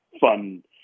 fun